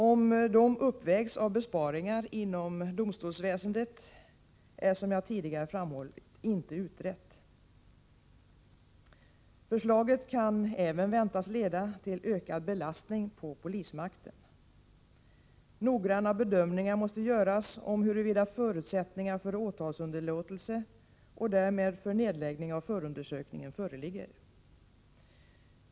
Om de uppvägs av besparingar inom domstolsväsendet är, som jag tidigare framhållit, inte utrett. Förslaget kan även väntas leda till ökad belastning på polismakten. Noggranna bedömningar måste göras om huruvida förutsättningar för åtalsunderlåtelse och därmed för nedläggning av förundersökningen föreligger.